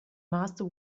master